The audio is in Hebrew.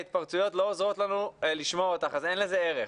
ההתפרצויות שלך לא עוזרות לנו לשמוע אותך אז אין לזה ערך.